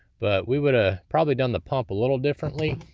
but we woulda probably done the pump a little differently.